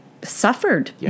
Suffered